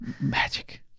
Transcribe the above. Magic